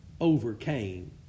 overcame